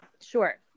Sure